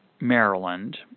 Maryland